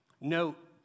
Note